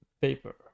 paper